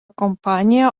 kompanija